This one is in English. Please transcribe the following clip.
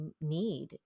need